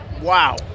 Wow